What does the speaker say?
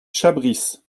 chabris